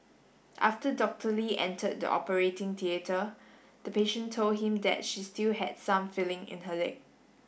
after Doctor Lee entered the operating theatre the patient told him that she still had some feeling in her leg